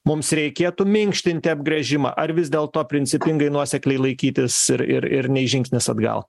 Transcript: mums reikėtų minkštinti apgręžimą ar vis dėlto principingai nuosekliai laikytis ir ir ir nei žingsnis atgal